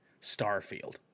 Starfield